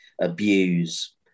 abuse